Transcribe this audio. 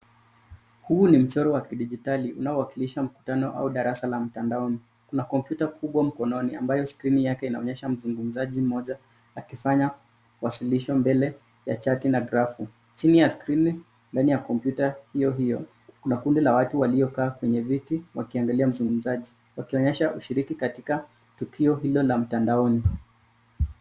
Huu ni mchoro wa kidijitali unaowakilisha mkutano au darasa la mtandaoni kuna kompyuta kubwa mkononi ambayo skrini yake inaonyesha mzungumzaji mmoja akifanya kuwasilisho mbele ya chati na grafu ,chini ya skrini ndani ya kompyuta hiyo hiyo kuna kundi la watu waliokaa kwenye viti wakiangalia mzungumzaji wakionyesha ushiriki katika tukio hilo la mtandaoni.